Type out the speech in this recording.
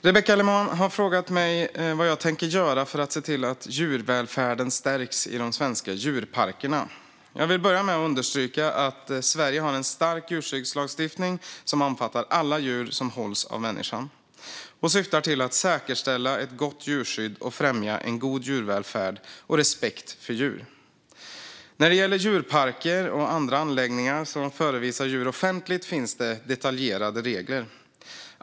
Herr talman! Rebecka Le Moine har frågat mig vad jag tänker göra för att se till att djurvälfärden stärks i de svenska djurparkerna. Jag vill börja med att understryka att Sverige har en stark djurskyddslagstiftning som omfattar alla djur som hålls av människan och som syftar till att säkerställa ett gott djurskydd och främja en god djurvälfärd och respekt för djur. När det gäller djurparker och andra anläggningar som förevisar djur offentligt finns detaljerade regler.